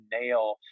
nail